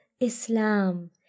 Islam